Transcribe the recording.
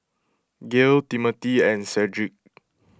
Gayle Timmothy and Cedrick